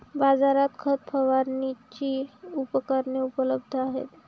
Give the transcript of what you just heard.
बाजारात खत फवारणीची उपकरणे उपलब्ध आहेत